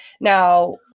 Now